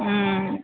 हूँ